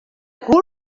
cul